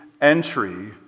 Entry